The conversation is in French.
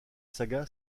saga